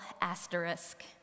asterisk